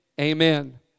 Amen